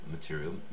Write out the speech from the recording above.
material